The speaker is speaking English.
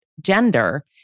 gender